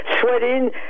sweating